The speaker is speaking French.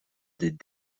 des